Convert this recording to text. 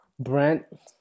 brent